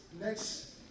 next